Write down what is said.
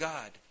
God